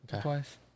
twice